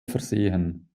versehen